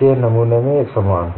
के नमूने में एकसमान हैं